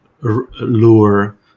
lure